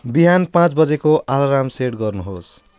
बिहान पाँच बजेको अलार्म सेट गर्नुहोस्